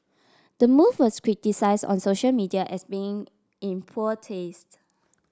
the move was criticised on social media as being in poor taste